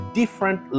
different